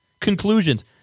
Conclusions